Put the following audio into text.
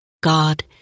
God